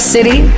City